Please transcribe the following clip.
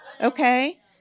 Okay